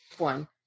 one